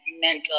mental